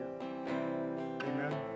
Amen